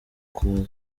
close